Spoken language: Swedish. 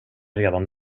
redan